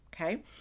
Okay